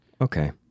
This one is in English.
Okay